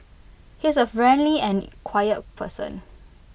he is A friendly and quiet person